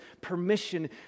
permission